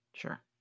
sure